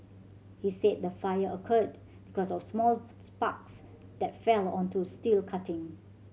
he said the fire occurred because of small sparks that fell onto steel cutting